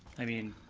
i mean,